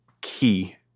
key